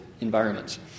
environments